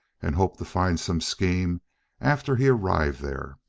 and hoped to find some scheme after he arrived there.